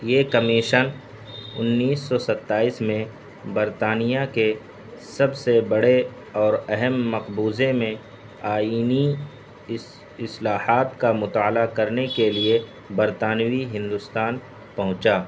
یہ کمیشن انیس سو ستائیس میں برطانیہ کے سب سے بڑے اور اہم مقبوضے میں آئینی اس اصلاحات کا مطالعہ کرنے کے لیے برطانوی ہندوستان پہنچا